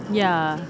ya